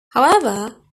however